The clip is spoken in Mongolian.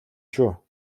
шүү